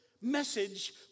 message